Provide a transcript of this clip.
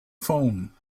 phone